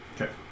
Okay